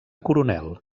coronel